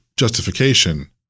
justification